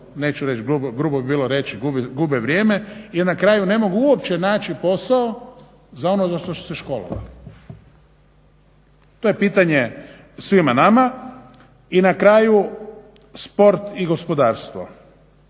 neću reći, grubo bi bilo reći gube vrijeme, i na kraju ne mogu uopće naći posao za ono za što su školovali. To je pitanje svima nama. I na kraju, sport i gospodarstvo.